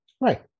Right